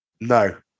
No